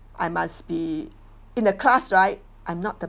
I must be in a class right I'm not the